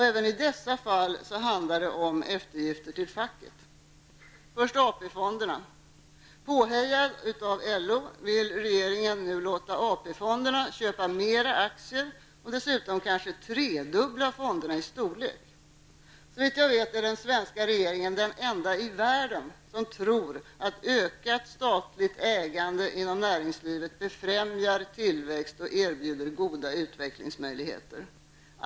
Även i dessa fall handlar det om eftergifter till facket. Först AP-fonderna. Påhejad av LO vill regeringen låta AP-fonderna köpa mera aktier och dessutom kanske tredubbla fonderna i storlek. Såvitt jag vet är den svenska regeringen den enda i världen som tror att ökat statligt ägande inom näringslivet befrämjar tillväxt och erbjuder goda utvecklingsmöjligheter.